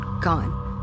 gone